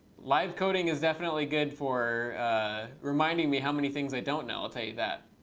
live coding is definitely good for ah reminding me how many things i don't know. i'll tell you that.